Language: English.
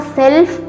self